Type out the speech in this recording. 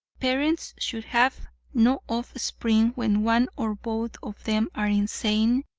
parents should have no off-spring when one or both of them are insane,